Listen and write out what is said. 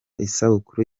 isabukuru